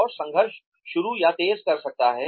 और संघर्ष शुरू या तेज कर सकता है